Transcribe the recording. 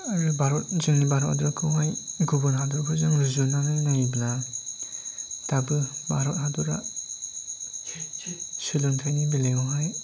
आरो भारत ओनसोलनि भारतखौहाय गुबुन हादरफोरजों रुजुनानै नायोब्ला दाबो भारत हादरा सोलोंथाइनि बेलायावहाय